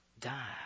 die